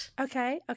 okay